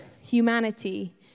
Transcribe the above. humanity